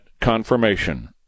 confirmation